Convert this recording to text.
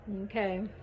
Okay